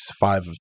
five